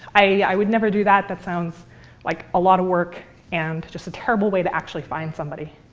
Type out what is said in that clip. i would never do that. that sounds like a lot of work and just a terrible way to actually find somebody.